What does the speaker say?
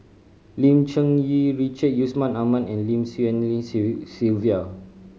Lim Cherng Yih Richard Yusman Aman and Lim Swee Lian Sylvia